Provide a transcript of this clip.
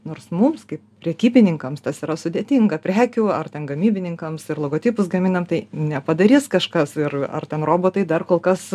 nors mums kaip prekybininkams tas yra sudėtinga prekių ar ten gamybininkams ir logotipus gaminam tai nepadarys kažkas ir ar ten robotai dar kol kas